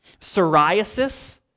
psoriasis